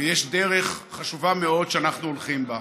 ויש דרך חשובה מאוד שאנחנו הולכים בה.